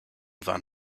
van